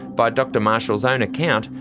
by dr marshall's own account,